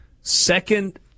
second